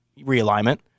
realignment